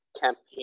campaign